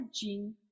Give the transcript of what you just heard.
gene